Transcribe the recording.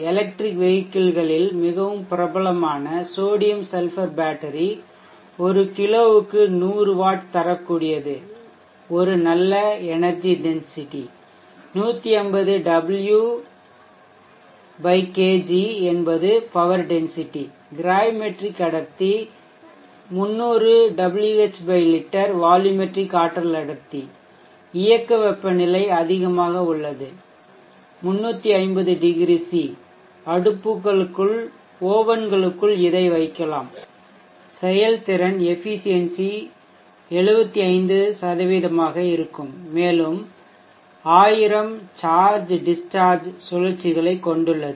electric வெகிக்கிள்களில் மிகவும் பிரபலமான சோடியம் சல்பர் பேட்டரி ஒரு கிலோவுக்கு 100 வாட் தரக்கூடியது ஒரு நல்ல எனெர்ஜி டென்சிட்டி 150 டபிள்யூ கிலோ என்பது பவர் டென்சிட்டி கிராவிமெட்ரிக் அடர்த்தி 300 Wh லிட்டர் வால்யூமெட்ரிக் ஆற்றல் அடர்த்தி இயக்க வெப்பநிலை அதிகமாக உள்ளது 350o Cஓவன்க்குள்அடுப்புக்குள் இதை வைக்கலாம் இதன் செயல்திறன் 75 ஆக இருக்கும் மேலும் 1000 சார்ஜ் டிஷ்ஷார்ஜ் சுழற்சிகளைக் கொண்டுள்ளது